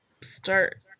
start